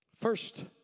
First